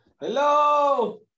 Hello